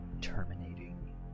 terminating